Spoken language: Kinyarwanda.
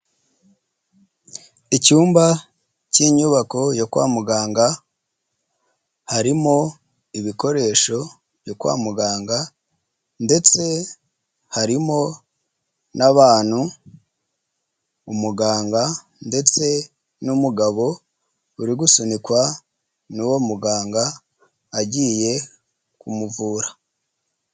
Icyumba cy'inyubako yo kwa muganga, harimo ibikoresho byo kwa muganga, ndetse harimo n'abantu umuganga ndetse n'umugabo uri gusunikwa n'uwo muganga, agiye kumuvura.